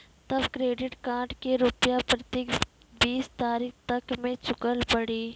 तब credit card के रूपिया प्रतीक बीस तारीख तक मे चुकल पड़ी?